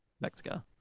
Mexico